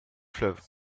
fleuve